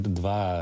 dva